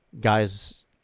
guys